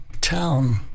town